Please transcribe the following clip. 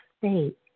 state